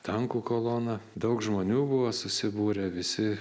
tankų kolona daug žmonių buvo susibūrę visi